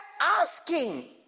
asking